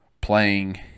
playing